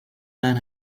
man